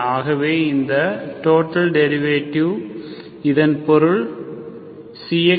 ஆகவே இந்த total derivative இதன் பொருள் xdxydy0